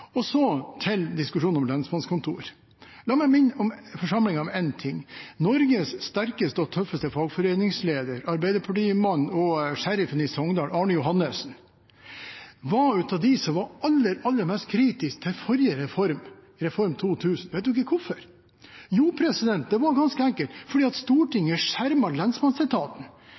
Så til diskusjonen om lensmannskontor. La meg minne forsamlingen om én ting: Norges sterkeste og tøffeste fagforeningsleder, arbeiderpartimann og sheriff i Sogndal, Arne Johannessen, var blant dem som var aller mest kritisk til forrige reform, Reform 2000. Vet man hvorfor? Jo, det var ganske enkelt fordi Stortinget skjermet lensmannsetaten. Arne Johannessen var klinkende klar på at det var den største feilen Stortinget